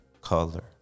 color